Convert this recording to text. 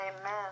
Amen